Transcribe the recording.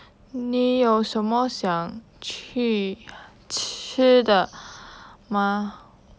你有什么想去吃的吗